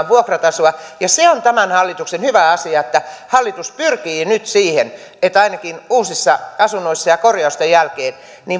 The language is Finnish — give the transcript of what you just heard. vuokratasoa ja se on tämän hallituksen hyvä asia että hallitus pyrkii nyt siihen että ainakin uusissa asunnoissa ja korjausten jälkeen